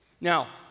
Now